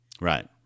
Right